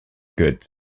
goods